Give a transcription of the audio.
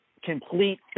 complete